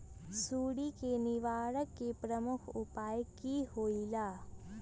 सुडी के निवारण के प्रमुख उपाय कि होइला?